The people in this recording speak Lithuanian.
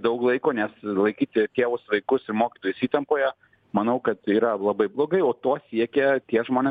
daug laiko nes laikyti tėvus vaikus ir mokytojus įtampoje manau kad yra labai blogai o to siekia tie žmonės